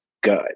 good